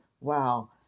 wow